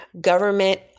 government